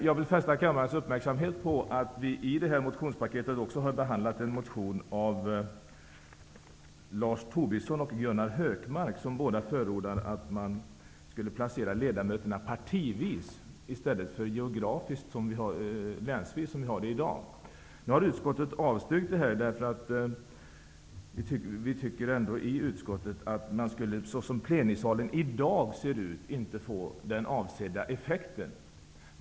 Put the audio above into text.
Jag vill fästa kammarens uppmärksamhet på att vi i detta motionspaket också har behandlat en motion av Lars Tobisson och Gunnar Hökmark, som båda förordar att man skall placera ledamöterna partivis i stället för länsvis som i dag. Utskottet har avstyrkt denna motion, eftersom utskottet anser att man inte skulle få avsedd effekt med tanke på hur plenisalen ser ut i dag.